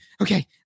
okay